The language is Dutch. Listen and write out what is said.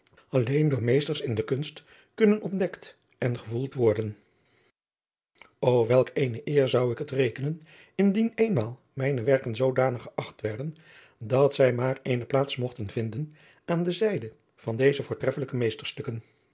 alleen door meesters in de kunst kunnen ontdekt en gevoeld worden o welk eene eer zou ik het rekenen indien eenmaal mijne werken zoodanig geacht werden dat zij maar eene plaats mogten vinden aan de zijde van deze voortreffelijke